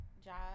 job